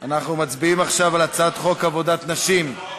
אנחנו מצביעים עכשיו על הצעת חוק עבודת נשים,